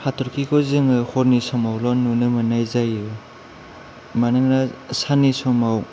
हाथरखिखौ जोङो हरनि समावल' नुनो मोननाय जायो मानोना साननि समाव